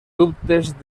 dubtes